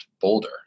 Boulder